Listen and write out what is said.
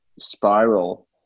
spiral